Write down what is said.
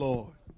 Lord